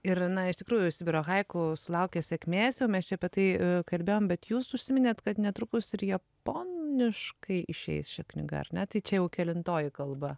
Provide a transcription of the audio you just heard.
ir na iš tikrųjų sibiro haiku sulaukė sėkmės jau mes čia apie tai kalbėjom bet jūs užsiminėt kad netrukus ir japoniškai išeis ši knyga ar ne tai čia jau kelintoji kalba